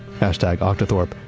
hashtag octothorpe,